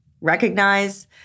Recognize